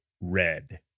Red